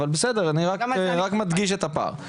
אז אני רק מדגיש את הפער.